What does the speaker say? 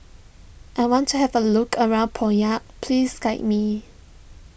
I want to have a look around Pyongyang please guide me